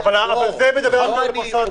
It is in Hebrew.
לא אני,